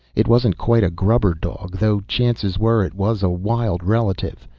it wasn't quite a grubber dog, though chances were it was a wild relative.